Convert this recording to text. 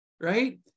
right